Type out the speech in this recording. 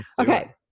Okay